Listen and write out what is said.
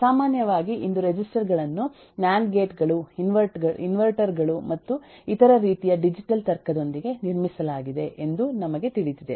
ಸಾಮಾನ್ಯವಾಗಿ ಇಂದು ರೆಜಿಸ್ಟರ್ ಗಳನ್ನು ನ್ಯಾಂಡ್ ಗೇಟ್ ಗಳು ಇನ್ವರ್ಟರ್ ಗಳು ಮತ್ತು ಇತರ ರೀತಿಯ ಡಿಜಿಟಲ್ ತರ್ಕದೊಂದಿಗೆ ನಿರ್ಮಿಸಲಾಗಿದೆ ಎಂದು ನಮಗೆ ತಿಳಿದಿದೆ